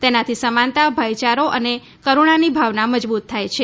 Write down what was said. તેનાથી સમાનતા ભાઈચારો અને કરૂણાની ભાવના મજબૂત થાય છે